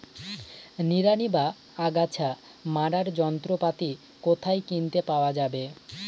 নিড়ানি বা আগাছা মারার যন্ত্রপাতি কোথায় কিনতে পাওয়া যাবে?